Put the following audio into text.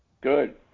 Good